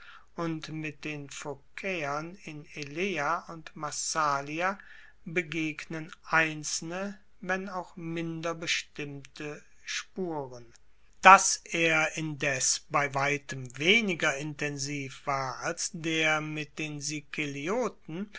und mit den phokaeern in elea und massalia begegnen einzelne wenn auch minder bestimmte spuren dass er indes bei weitem weniger intensiv war als der mit den